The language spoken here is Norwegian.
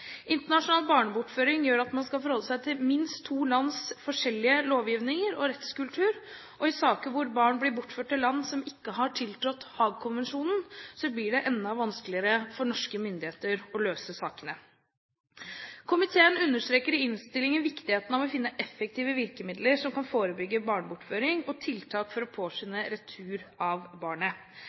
internasjonal barnebortføring skal man forholde seg til lovgivning og rettskultur i minst to land, og i saker hvor barn blir bortført til land som ikke har tiltrådt Haagkonvensjonen, blir det enda vanskeligere for norske myndigheter å løse sakene. Komiteen understreker i innstillingen viktigheten av å finne effektive virkemidler som kan forebygge barnebortføring, og tiltak for å påskynde retur av barnet.